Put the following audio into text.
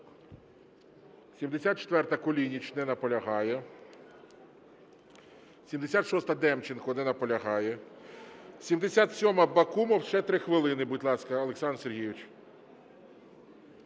74-а, Кулініч. Не наполягає. 76-а, Демченко. Не наполягає. 77-а, Бакумов. Ще 3 хвилини, будь ласка, Олександр Сергійович.